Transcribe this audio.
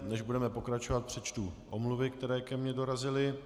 Než budeme pokračovat, přečtu omluvy, které ke mně dorazily.